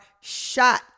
shot